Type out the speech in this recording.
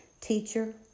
Teacher